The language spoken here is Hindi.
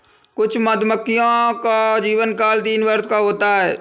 कुछ मधुमक्खियों का जीवनकाल तीन वर्ष का होता है